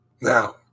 Now